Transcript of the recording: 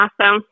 awesome